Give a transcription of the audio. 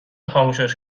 خاموشش